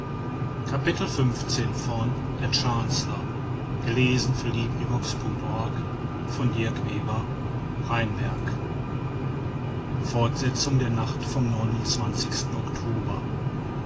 fortsetzung der nacht vom